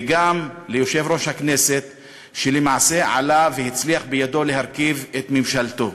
וגם ליושב-ראש הכנסת שלמעשה עלה בידו להרכיב את ממשלתו.